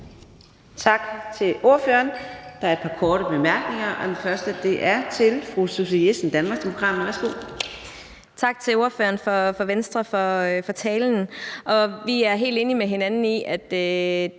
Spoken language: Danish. Tak til ordføreren. Der er et par korte bemærkninger. Den første er fra fru Susie Jessen, Danmarksdemokraterne. Værsgo. Kl. 14:34 Susie Jessen (DD): Tak til ordføreren for Venstre for talen. Vi er helt enige med hinanden i, at